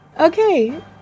Okay